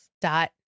dot